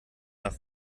nach